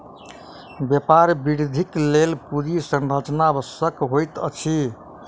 व्यापार वृद्धिक लेल पूंजी संरचना आवश्यक होइत अछि